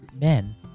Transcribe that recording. men